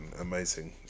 amazing